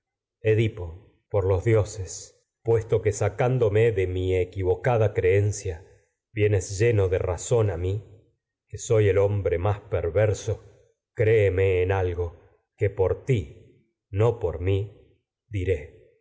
edipo por los dioses puesto que sacándome de mi equivocada soy no creencia vienes lleno de razón a mi que el hombre más peiverso créeme en algo que por ti por mí diré